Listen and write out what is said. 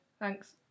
thanks